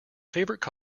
favourite